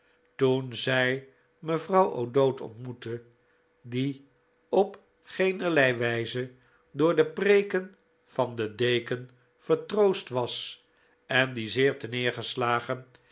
toen zij mevrouw o'dowd ontmoette die op geenerlei wijze door de preeken van den deken vertroost was en die